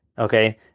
Okay